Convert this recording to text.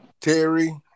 Terry